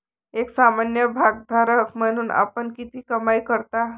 एक सामान्य भागधारक म्हणून आपण किती कमाई करता?